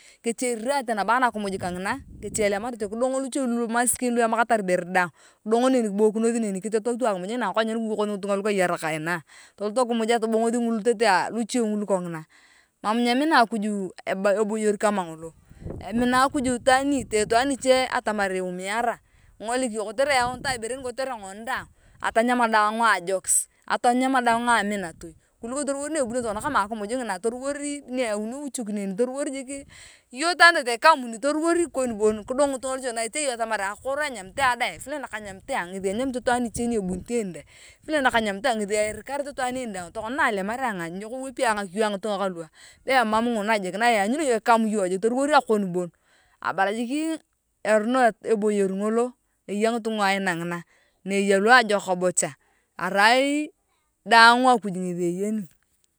Kechi erirate nabo anakimuj kangina kechi elemarete kidongu luche maskini lua emakatar ibore daang kidongo neni kibuikina neni kiteto tu akimuj ngina kiwokosi ngitinga lukayerak inaaa toloto kimuja tubongothi ngulu luteetee luchi ngulu kmgina mam nyemina akuju eboyor kama ngolo emina akuj itwaan niite itwaan niche atamar lumiara kingolik iyong kotere eyaunitae ibere ngini kotere ngoni daang atanyama ngon daang ajoku atanyama daang aminatoi kuliko tuliwor na ebunio iyong tokona kama akimuj ngina toliwor eyauni uchuki neni toliwor jik iyong itwaan nitete ikamuni toliwor ikon bon kidong ngitunga luche na itee iyong atamari akoro nakanyamit ayong ngethi erikarit ngitunga luche tokona na alamaria ayong nyekewopi ayong ngakiyo angitunga kaluuu aaa be emam nguna jik na ianyunea iyong kikam iyong jik toruwor akon bon abala jik erono eboyor ngolo eya ngitunga aina ngina na eya luajokok bocha arai daang akuj ngethi eyeni.